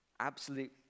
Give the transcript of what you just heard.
Absolute